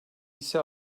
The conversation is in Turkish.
ise